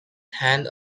hand